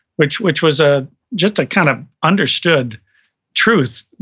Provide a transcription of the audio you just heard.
which which was a just a kind of understood truth,